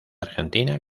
argentina